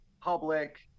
public